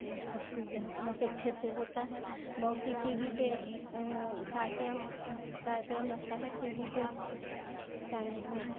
सब चीज़ बहुत अच्छे से होता है बहुत ही टी वी पर कार्यक्रम रखता है टी वी पर